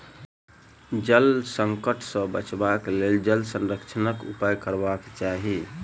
जल संकट सॅ बचबाक लेल जल संरक्षणक उपाय करबाक चाही